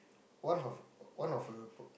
one of one of her